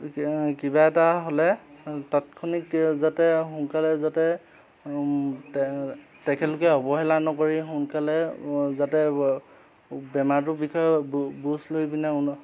কিবা এটা হ'লে তৎক্ষণিক যাতে সোনকালে যাতে তেখেতলোকে অৱহেলা নকৰি সোনকালে যাতে বেমাৰটোৰ বিষয়ে বু বুজ লৈ পিনে